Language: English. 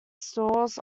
stores